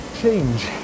change